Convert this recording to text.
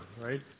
right